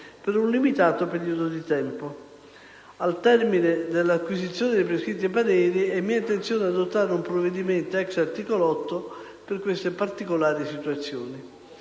per un limitato periodo di tempo. Al termine dell'acquisizione dei prescritti pareri, è mia intenzione adottare un provvedimento *ex* articolo 8 per queste particolari situazioni.